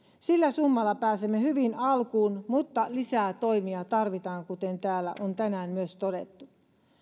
sillä summalla pääsemme hyvin alkuun mutta lisää toimia tarvitaan kuten täällä on tänään myös todettu